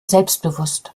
selbstbewusst